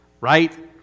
right